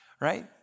right